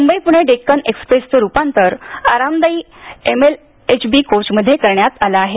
Mumbai Pune Deccan express रूपांतर् आरामदायी L H B coach मध्ये करण्यात आलं आहे